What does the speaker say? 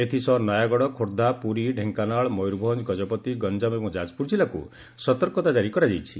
ଏଥିସହ ନୟାଗଡ଼ ଖୋର୍ଦ୍ଧା ପୁରୀ ଢେଙ୍କାନାଳ ମୟରଭଞ୍ଜ ଗଙ୍ଗପତି ଗଞ୍ଜାମ ଏବଂ ଯାଜପୁର କିଲ୍ଲାକୁ ସତର୍କତା କାରି କରାଯାଇଛି